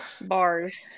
Bars